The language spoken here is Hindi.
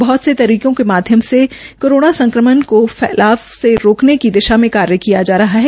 बहत से तरीकों के माध्यम से कोरोना संक्रमण के फैलाव को रोकने की दिशा में कार्य किये जा रहे हैं